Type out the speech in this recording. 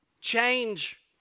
change